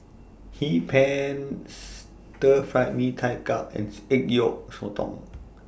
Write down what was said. Hee Pan Stir Fried Mee Tai Mak and Salted Egg Yolk Sotong